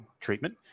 treatment